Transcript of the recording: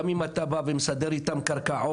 גם אם אתה בא ומסדר איתם קרקעות,